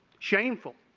shameful.